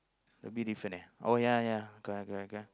a bit different eh oh ya ya correct correct correct